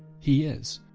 he is,